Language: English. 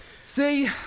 See